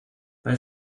bei